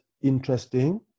interesting